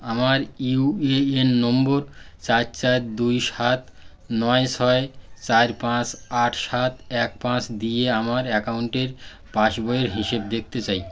আমার U A N নম্বর চার চার দুই সাত নয় ছয় চার পাঁচ আট সাত এক পাঁচ দিয়ে আমার অ্যাকাউন্টের পাসবইয়ের হিসেব দেখতে চাই